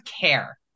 care